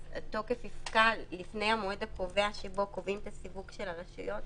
אז התוקף יפקע לפני המועד הקובע שבו קובעים את הסיווג של הרשויות.